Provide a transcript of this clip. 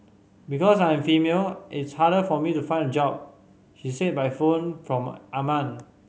because I am female it's harder for me to find job she said by phone from Amman